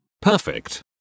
Perfect